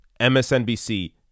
MSNBC